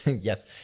Yes